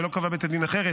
ולא קבע בית הדין אחרת,